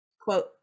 quote